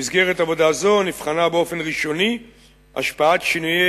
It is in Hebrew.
במסגרת עבודה זו נבחנה באופן ראשוני השפעת שינויי